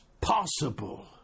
possible